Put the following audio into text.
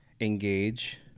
engage